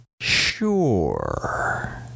Sure